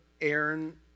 Aaron